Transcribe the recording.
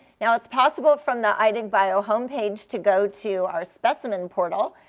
now, it's possible from the idigbio homepage to go to our specimen portal.